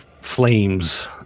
flames